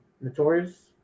notorious